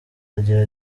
agira